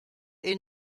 est